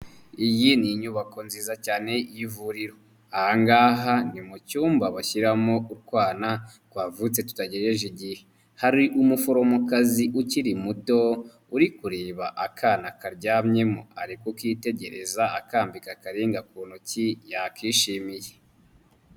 Iyi ni inyubako nziza cyane y'ivuriro, aha ngaha ni mu cyumba bashyiramo utwana twavutse tutategejeje igihe, hari umuforomokazi ukiri muto uri kureba akana karyamyemo ari kukitegereza akambika akaringa ku ntoki yakishimiye.